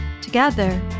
Together